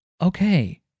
Okay